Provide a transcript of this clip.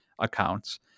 accounts